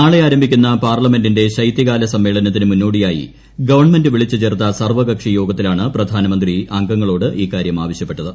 നാളെ ആരംഭിക്കുന്ന പാർലമെന്റിന്റെ ശൈത്യകാല സമ്മേളനത്തിന് മുന്നോടിയായി ഗവൺമെന്റ് വിളിച്ചുചേർത്ത സർവ്വകക്ഷിയോഗത്തി ലാണ് പ്രധാനമന്ത്രി അംഗങ്ങളോട് ഇക്കാര്യം ആവശ്യപ്പെട്ടത്